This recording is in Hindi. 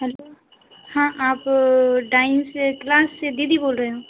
हैलो हाँ आप डाइंस से क्लास से दीदी बोल रहे हो